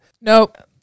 nope